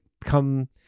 come